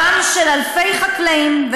ולצערם של אלפי חקלאים,